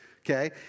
Okay